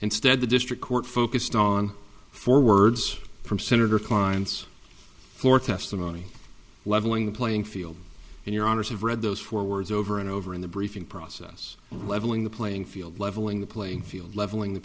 instead the district court focused on four words from senator clients for testimony leveling the playing field and your owners have read those four words over and over in the briefing process leveling the playing field leveling the playing field leveling the